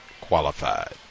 qualified